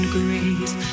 grace